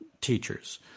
teachers